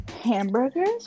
Hamburgers